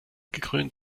gekrönt